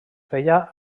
feia